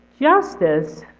Justice